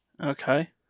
Okay